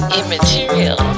immaterial